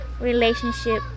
relationship